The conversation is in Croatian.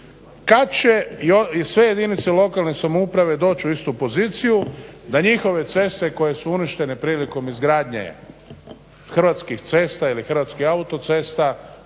kad će i sve jedinice lokalne samouprave doći u istu poziciju da njihove ceste koje su uništene prilikom izgradnje Hrvatskih cesta ili Hrvatskih autocesta